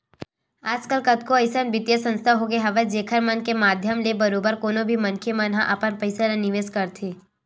आजकल कतको अइसन बित्तीय संस्था होगे हवय जेखर मन के माधियम ले बरोबर कोनो भी मनखे मन ह अपन पइसा ल निवेस करथे